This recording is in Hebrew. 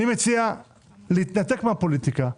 אני מציע להתנתק מן הפוליטיקה,